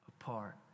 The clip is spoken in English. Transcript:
apart